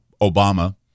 Obama